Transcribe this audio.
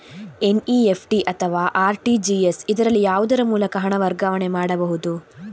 NEFT ಅಥವಾ RTGS, ಇದರಲ್ಲಿ ಯಾವುದರ ಮೂಲಕ ಹಣ ವರ್ಗಾವಣೆ ಮಾಡಬಹುದು?